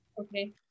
Okay